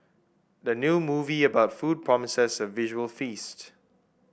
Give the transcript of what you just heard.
the new movie about food promises a visual feast